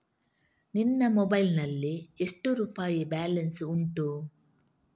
ನಿನ್ನ ಮೊಬೈಲ್ ನಲ್ಲಿ ಎಷ್ಟು ರುಪಾಯಿ ಬ್ಯಾಲೆನ್ಸ್ ಉಂಟು?